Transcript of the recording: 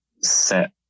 set